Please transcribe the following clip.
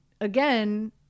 again